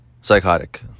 psychotic